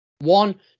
one